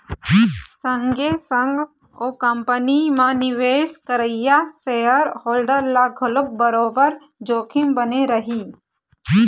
संगे संग ओ कंपनी म निवेश करइया सेयर होल्डर ल घलोक बरोबर जोखिम बने रही